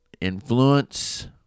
influence